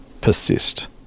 persist